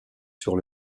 sur